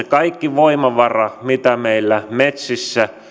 kaikki voimavarat mitä meillä metsissä